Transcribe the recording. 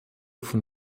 von